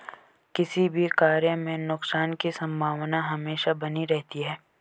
किसी भी कार्य में नुकसान की संभावना हमेशा बनी रहती है